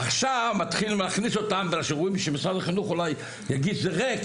עכשיו מתחילים להכניס אותם בגלל שרואים שמשרד החינוך אולי יגיד זה ריק,